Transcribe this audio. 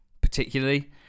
particularly